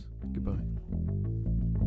goodbye